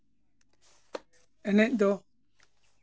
ᱮᱱᱮᱡ ᱫᱚ